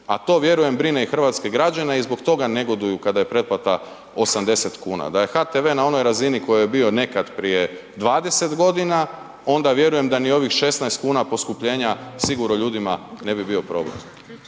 a to vjerujem brine i hrvatske građane i zbog toga negoduju kada je pretplata 80 kuna. Da je HTV-e na onoj razini na kojoj je bio nekada prije 20 godina, onda vjerujem da ni ovih 16 kuna poskupljenja sigurno ljudima ne bi bio problem.